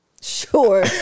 Sure